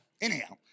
anyhow